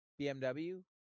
BMW